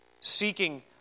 seeking